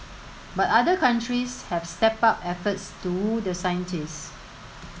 but other countries have stepped up efforts to woo the scientists